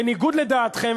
בניגוד לדעתכם,